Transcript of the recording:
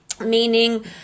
meaning